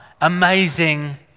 amazing